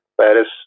Paris